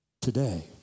today